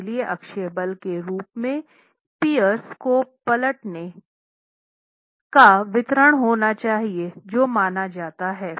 इसलिए अक्षीय बलों के रूप में पियर्स को पलटने का वितरण होना चाहिए जो माना जाता है